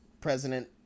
president